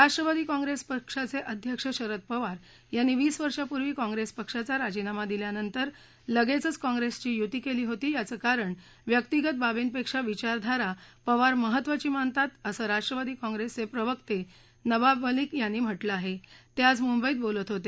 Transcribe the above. Rashtrawadi Congress पक्षाचे अध्यक्ष शरद पवार यांनी वीस वर्षापूर्वी काँग्रेस पक्षाचा राजीनामा दिल्यानंतर लगेचच काँग्रेसची युती केली होती याच कारण व्यक्तिगत बाबींपेक्षा विचारधारा पवार महत्तवाची मानतात असं राष्ट्रवादी काँप्रेसचे प्रवक्ते नवाब मलिक यांनी म्हटलं आहे ते आज मुंबईत बोलत होते